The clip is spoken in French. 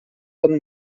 comme